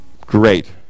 Great